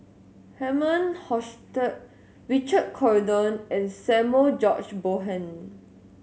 Herman Hochstadt Richard Corridon and Samuel George Bonham